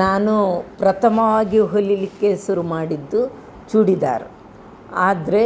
ನಾನು ಪ್ರಥಮವಾಗಿ ಹೊಲೀಲಿಕ್ಕೆ ಶುರು ಮಾಡಿದ್ದು ಚೂಡಿದಾರ ಆದರೆ